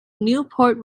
newport